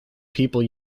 people